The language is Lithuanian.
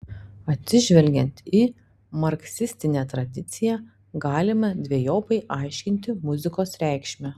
atsižvelgiant į marksistinę tradiciją galima dvejopai aiškinti muzikos reikšmę